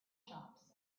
shops